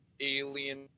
alien